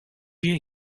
wir